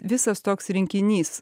visas toks rinkinys